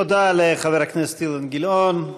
תודה לחבר הכנסת אילן גילאון.